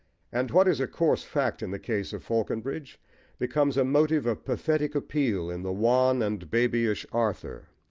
and what is a coarse fact in the case of faulconbridge becomes a motive of pathetic appeal in the wan and babyish arthur.